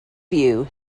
view